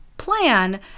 plan